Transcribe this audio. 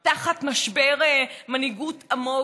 תחת משבר מנהיגות עמוק,